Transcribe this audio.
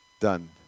done